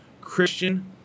Christian